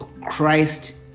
Christ